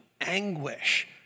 anguish